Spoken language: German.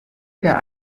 der